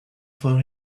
for